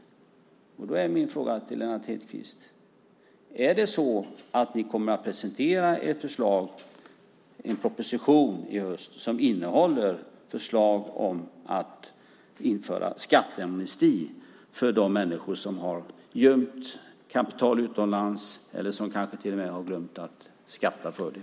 Då är min fråga till Lennart Hedquist: Kommer ni att presentera en proposition i höst som innehåller förslag på att införa en skatteamnesti för de människor som har gömt kapital utomlands eller kanske till och med har glömt att skatta för det?